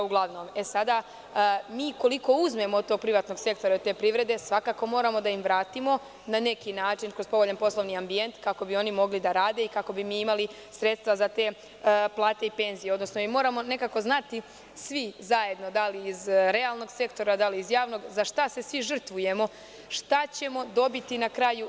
Sada, ukoliko uzmemo od privatnog sektora, te privrede, svakako moramo da im vratimo na neki način kroz povoljan poslovni ambijent, kako bi oni mogli da rade i kako bi mi imali sredstva za te plate i penzije, odnosno mi moramo nekako znati svi zajedno, da li iz realnog sektora, da li iz javnog, za šta se svi žrtvujemo, šta ćemo dobiti na kraju.